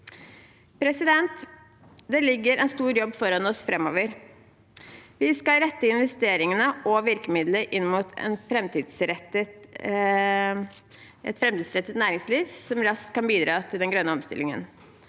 for 2025. Det ligger en stor jobb foran oss framover. Vi skal rette investeringene og virkemidlene inn mot et framtidsrettet næringsliv som raskt kan bidra til den grønne omstillingen.